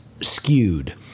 skewed